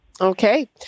Okay